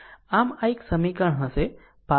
આમ આ એક એક સમીકરણ હશે